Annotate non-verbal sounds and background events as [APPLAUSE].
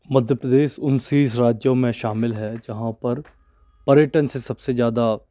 मध्य प्रदेश उन [UNINTELLIGIBLE] राज्यों में शामिल है जहाँ पर पर्यटन से सब से ज़्यादा